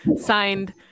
signed